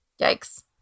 Yikes